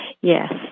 Yes